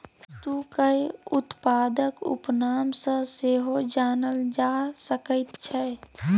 वस्तुकेँ उत्पादक उपनाम सँ सेहो जानल जा सकैत छै